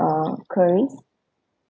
uh queries